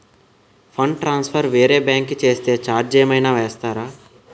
Fund transfer వేరే bank కి చేస్తే ఛార్జ్ ఏమైనా వేస్తారా?